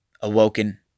awoken